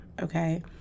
okay